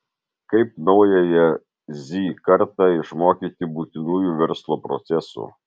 kaip naująją z kartą išmokyti būtinųjų verslo procesų